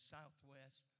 Southwest